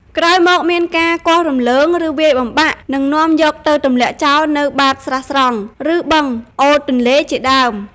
ក្រោយមកមានការគាស់រំលើង ឬវាយបំបាក់ និងនាំយកទៅទម្លាក់ចោលនៅបាតស្រះស្រង់ ឬបឹង អូរទន្លេជាដើម។